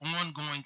ongoing